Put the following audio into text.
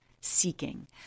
seeking